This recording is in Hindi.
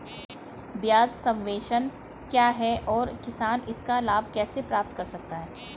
ब्याज सबवेंशन क्या है और किसान इसका लाभ कैसे प्राप्त कर सकता है?